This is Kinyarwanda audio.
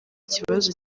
kibazo